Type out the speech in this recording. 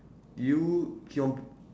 you keep on